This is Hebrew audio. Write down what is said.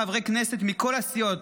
חברי כנסת מכל הסיעות,